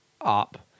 up